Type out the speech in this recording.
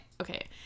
Okay